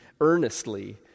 earnestly